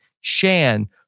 Shan